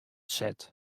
set